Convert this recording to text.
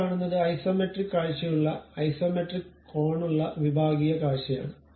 നമ്മൾ കാണുന്നത് ഐസോമെട്രിക് കാഴ്ചയുള്ള ഐസോമെട്രിക് കോണുള്ള വിഭാഗീയ കാഴ്ചയാണ്